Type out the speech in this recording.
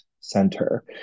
center